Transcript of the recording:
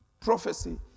Prophecy